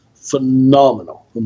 phenomenal